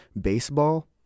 Baseball